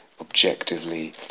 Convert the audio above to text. objectively